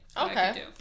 okay